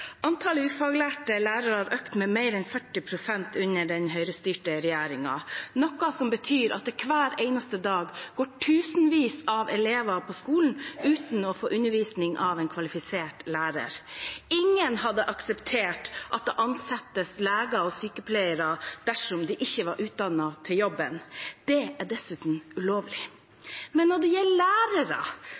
mer enn 40 pst. under den høyrestyrte regjeringen, noe som betyr at det hver eneste dag går tusenvis av elever på skolen uten å få undervisning av en kvalifisert lærer. Ingen hadde akseptert at det ansettes leger og sykepleiere dersom de ikke var utdannet til jobben. Det er dessuten ulovlig. Men når det gjelder lærere,